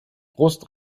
brust